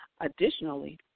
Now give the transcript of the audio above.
Additionally